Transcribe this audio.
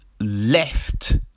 left